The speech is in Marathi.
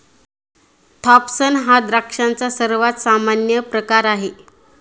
थॉम्पसन हा द्राक्षांचा सर्वात सामान्य प्रकार आहे